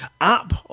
app